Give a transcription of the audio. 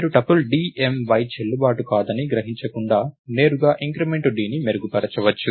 మీరు tuple d m y చెల్లుబాటు కాదని గ్రహించకుండా నేరుగా ఇంక్రిమెంట్ dని మెరుగుపరచవచ్చు